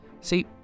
See